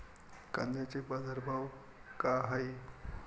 कांद्याचे बाजार भाव का हाये?